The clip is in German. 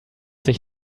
sich